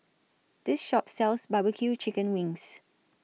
This Shop sells Barbecue Chicken Wings